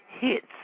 hits